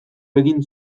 egin